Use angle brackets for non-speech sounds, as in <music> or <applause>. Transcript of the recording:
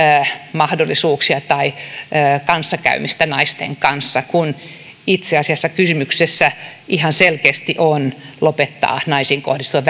mahdollisuuksia tai kanssakäymistä naisten kanssa kun itse asiassa kysymyksessä ihan selkeästi on naisiin kohdistuvan <unintelligible>